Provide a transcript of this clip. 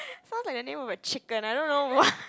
sounds like the name of a chicken I don't know why